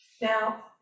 Now